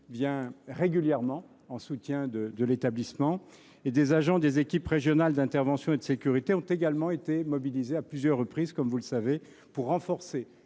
vient régulièrement au soutien de l’établissement. Des agents des équipes régionales d’intervention et de sécurité (Éris) ont également été mobilisés à plusieurs reprises afin de renforcer